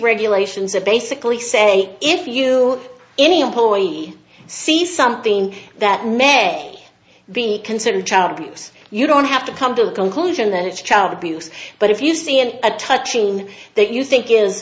regulations or basically say if you any employee sees something that may be considered child abuse you don't have to come to the conclusion that it's child abuse but if you see an a touching that you think is